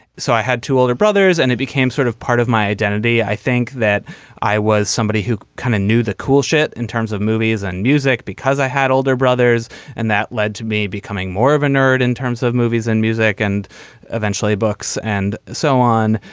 so i had two older brothers and it became sort of part of my identity. i think that i was somebody who kind of knew the cool shit in terms of movies and music because i had older brothers and that led to me becoming more of a nerd in terms of movies and music and eventually books and so on.